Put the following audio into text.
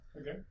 Okay